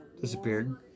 disappeared